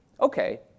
Okay